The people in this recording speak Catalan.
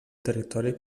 territori